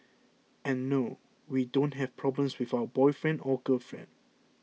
and no we don't have problems with our boyfriend or girlfriend